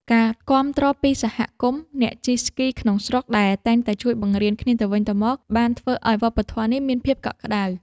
ការគាំទ្រពីសហគមន៍អ្នកជិះស្គីក្នុងស្រុកដែលតែងតែជួយបង្រៀនគ្នាទៅវិញទៅមក បានធ្វើឱ្យវប្បធម៌នេះមានភាពកក់ក្ដៅ និងរឹងមាំ។